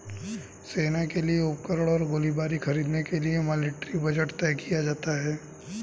सेना के लिए उपकरण और गोलीबारी खरीदने के लिए मिलिट्री बजट तय किया जाता है